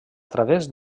través